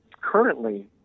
currently